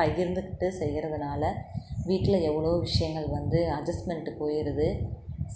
பகிர்ந்துக்கிட்டு செய்கிறதனால வீட்டில் எவ்வளோ விஷயங்கள் வந்து அட்ஜஸ்மெண்ட்டு போகிறது